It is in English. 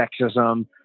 sexism